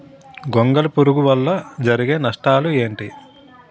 గొంగళి పురుగు వల్ల జరిగే నష్టాలేంటి?